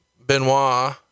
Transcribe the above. Benoit